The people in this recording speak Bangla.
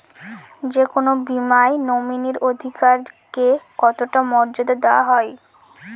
যে কোনো বীমায় নমিনীর অধিকার কে কতটা মর্যাদা দেওয়া হয়?